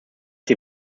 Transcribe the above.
die